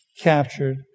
captured